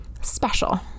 special